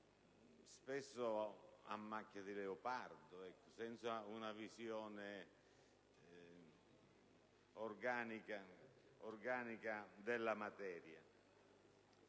spesso a macchia di leopardo, senza una visione organica della materia;